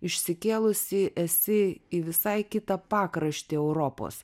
išsikėlusi esi į visai kitą pakraštį europos